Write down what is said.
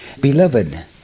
Beloved